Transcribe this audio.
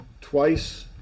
twice